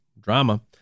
Drama